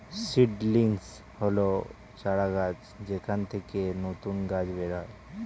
seedlings হল চারাগাছ যেখান থেকে নতুন গাছ বের হয়